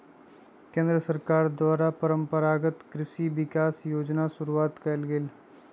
केंद्र सरकार द्वारा परंपरागत कृषि विकास योजना शुरूआत कइल गेलय